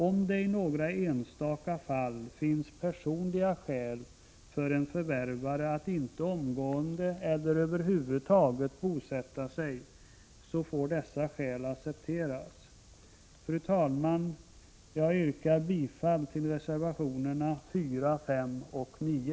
Om det i några enstaka fall finns personliga skäl för en förvärvare att inte omgående eller inte över huvud taget bosätta sig, så får dessa skäl accepteras. Fru talman! Jag yrkar bifall till reservationerna 4, 5 och 9.